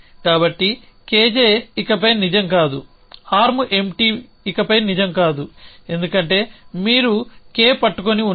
కాబట్టి KJ ఇకపై నిజం కాదు ఆర్మ్ ఎంప్టీ ఇకపై నిజం కాదు ఎందుకంటే మీరు K పట్టుకొని ఉన్నారు